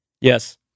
yes